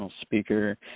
speaker